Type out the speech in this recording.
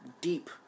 deep